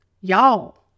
Y'all